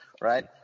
Right